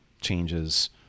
changes